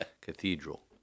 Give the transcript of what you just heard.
Cathedral